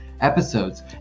episodes